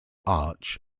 arch